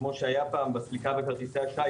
כמו שהיה פעם בסליקה בכרטיסי אשראי,